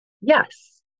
Yes